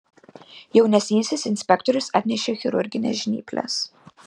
jaunesnysis inspektorius atnešė chirurgines žnyples